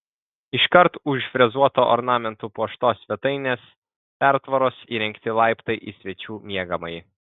iškart už frezuotu ornamentu puoštos svetainės pertvaros įrengti laiptai į svečių miegamąjį